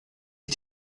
ich